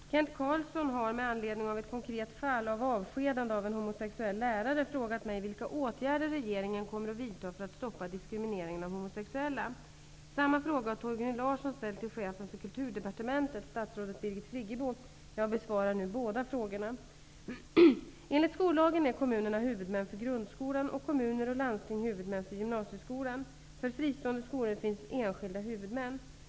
Fru talman! Kent Carlsson har, med anledning av ett konkret fall av avskedande av en homosexuell lärare, frågat mig vilka åtgärder regeringen kommer att vidta för att stoppa diskrimineringen av homosexuella. Samma fråga har Torgny Larsson ställt till chefen för kulturdepartementet, statsrådet Birgit Friggebo. Jag besvarar nu båda frågorna. Enligt skollagen är kommunerna huvudmän för grundskolan och kommuner och landsting huvudmän för gymnasieskolan. För fristående skolor finns enskilda huvudmän.